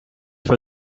for